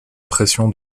pression